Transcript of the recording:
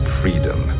freedom